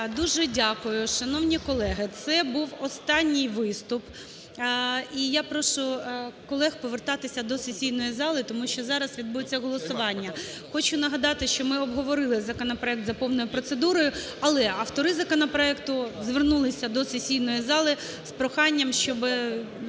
Дуже дякую. Шановні колеги, це був останній виступ. І я прошу колег повертатися до сесійної зали, тому що зараз відбудеться голосування. Хочу нагадати, що ми обговорили законопроект за повною процедурою, але автори законопроекту звернулися до сесійної зали з проханням, щоб